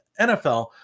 NFL